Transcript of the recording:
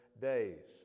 days